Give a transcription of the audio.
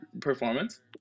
performance